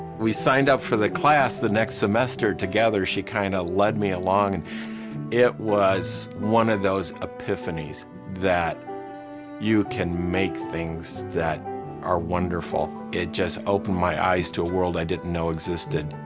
we signed up for the class the next semester together. she kind of led me along and it was one of those epiphanies that you can make things that are wonderful. it just opened my eyes to a world i didn't know existed.